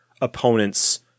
opponents